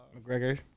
McGregor